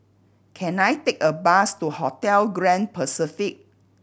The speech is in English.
can I take a bus to Hotel Grand Pacific